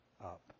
up